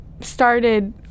started